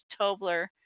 Tobler